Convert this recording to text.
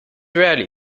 rarely